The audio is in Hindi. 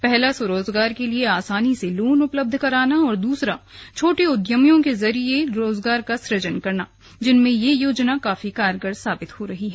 पहला स्वरोजगार के लिए आसानी से लोन उपलब्ध कराना और दूसरा छोटे उद्यमों के जरिए रोजगार का सुजन करना जिसमें यह योजना काफी कारगर साबित हो रही है